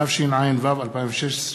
התשע"ו 2016,